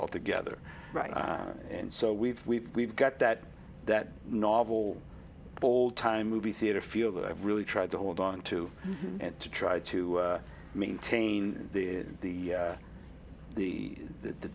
altogether right and so we've we've we've got that that novel old time movie theater feel that i've really tried to hold on to and to try to maintain the the that the